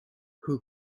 who